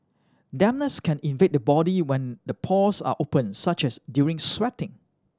dampness can invade the body when the pores are open such as during sweating